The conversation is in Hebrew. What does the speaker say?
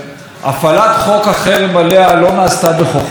וכנראה פוגעת בנו יותר מאשר מועילה לנו.